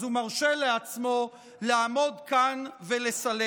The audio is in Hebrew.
אז הוא מרשה לעצמו לעמוד כאן ולסלף.